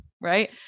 right